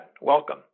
welcome